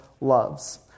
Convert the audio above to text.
loves